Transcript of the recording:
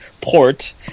port